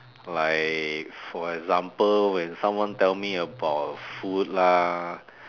like for example when someone tell me about food lah